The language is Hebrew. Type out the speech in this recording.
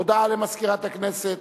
הודעה למזכירת הכנסת.